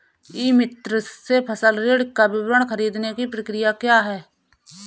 ई मित्र से फसल ऋण का विवरण ख़रीदने की प्रक्रिया क्या है?